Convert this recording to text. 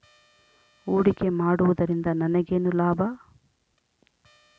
ಹೂಡಿಕೆ ಮಾಡುವುದರಿಂದ ನನಗೇನು ಲಾಭ?